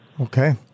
okay